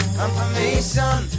confirmation